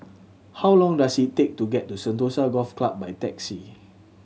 how long does it take to get to Sentosa Golf Club by taxi